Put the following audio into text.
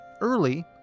early